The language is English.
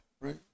right